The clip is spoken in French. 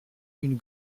une